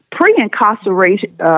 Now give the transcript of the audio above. pre-incarceration